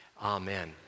amen